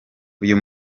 uyu